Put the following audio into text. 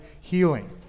healing